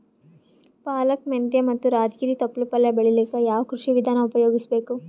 ಪಾಲಕ, ಮೆಂತ್ಯ ಮತ್ತ ರಾಜಗಿರಿ ತೊಪ್ಲ ಪಲ್ಯ ಬೆಳಿಲಿಕ ಯಾವ ಕೃಷಿ ವಿಧಾನ ಉಪಯೋಗಿಸಿ ಬೇಕು?